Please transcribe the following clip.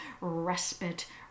Respite